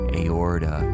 aorta